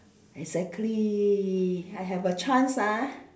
exactly I have a chance ah